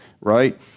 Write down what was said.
Right